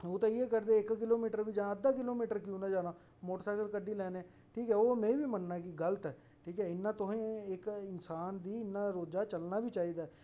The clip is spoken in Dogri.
ओह् ते इ'ये करदे इक किलोमिटर जां अद्दा किलोमिटर क्यो नेई जाना मोटरसाइ्कल कड्ढी लैन्ने ठीक ऐ ओह् में बी मन्नना है कि गलत है ठीक ऐ इ'यां तुसें इक इंसान गी इन्ना रोजा दा चलना बी चाहिदा